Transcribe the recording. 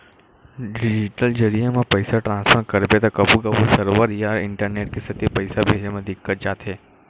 digital जरिए म पइसा ट्रांसफर करबे त कभू कभू सरवर या इंटरनेट के सेती पइसा भेजे म दिक्कत जाथे